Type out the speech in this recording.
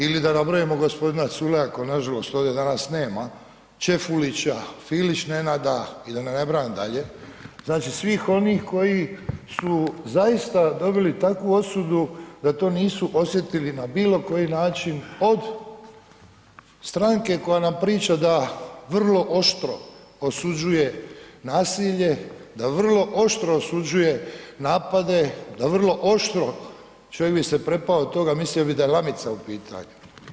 Ili da nabrojimo gospodina Culeja kojeg nažalost ovdje danas nema, Čefulića, Filić Nenada i da ne nabrajam dalje, znači svih onih koji su zaista dobili takvu osudu da to nisu osjetili na bilo koji način od stranke koja nam priča da vrlo oštro osuđuje nasilje, da vrlo oštro osuđuje napade, da vrlo oštro, čovjek bi se prepao toga, mislio bi da je ... u pitanju.